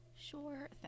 Sure